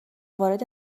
وارد